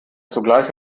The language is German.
zugleich